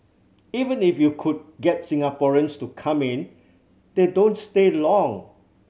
even if you could get Singaporeans to come in they don't stay long